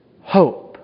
hope